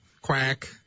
Quack